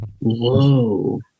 Whoa